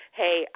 hey